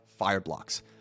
Fireblocks